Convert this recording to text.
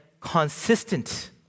consistent